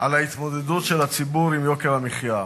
על ההתמודדות של הציבור עם יוקר המחיה.